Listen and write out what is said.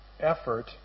effort